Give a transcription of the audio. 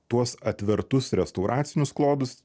tuos atvertus restauracinius klodus